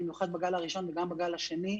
במיוחד בגל הראשון וגם בגל השני,